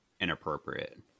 inappropriate